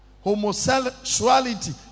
Homosexuality